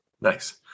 Nice